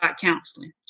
counseling